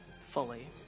fully